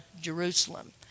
Jerusalem